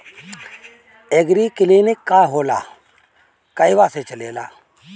एगरी clinic का होला कहवा से चलेँला?